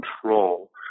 control